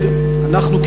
להתמודד אנחנו,